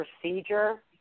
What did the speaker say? procedure